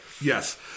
Yes